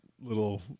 little